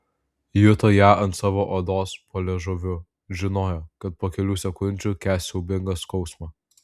juto ją ant savo odos po liežuviu žinojo kad po kelių sekundžių kęs siaubingą skausmą